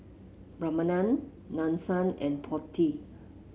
Ramanand Nadesan and Potti